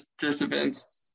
participants